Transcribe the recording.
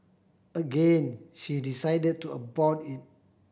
again she decided to abort it